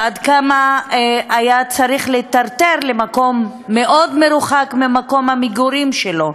ועד כמה היה צריך להיטרטר למקום מאוד מרוחק ממקום המגורים שלו.